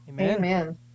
Amen